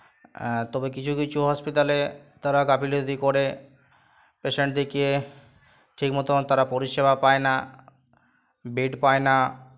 তবে কিছু কিছু হসপিটালে তারা গাফিলতি করে পেশেন্টদেরকে ঠিক মতোন তারা পরিষেবা পায় না বেড পায় না